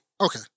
okay